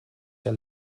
der